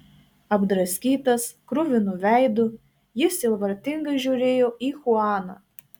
apdraskytas kruvinu veidu jis sielvartingai žiūrėjo į chuaną